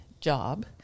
job